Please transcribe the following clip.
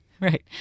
Right